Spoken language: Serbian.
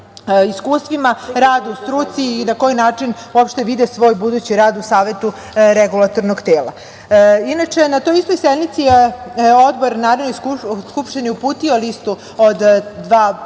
iskustvima, radu u struci i na koji način uošte vide svoj budući rad u Savetu regulatornog tela. Inače, na toj istoj sednici Odbor Narodne skupštine je uputio listu od dva